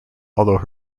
although